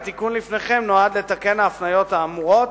התיקון שלפניכם נועד לתקן את ההפניות האמורות.